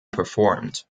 performed